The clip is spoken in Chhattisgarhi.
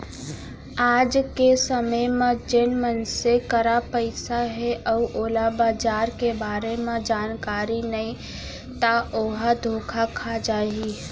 आज के समे म जेन मनसे करा पइसा हे अउ ओला बजार के बारे म जानकारी नइ ता ओहा धोखा खा जाही